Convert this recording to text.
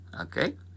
okay